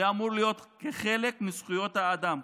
זה אמור להיות חלק מזכויות האדם.